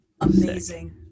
amazing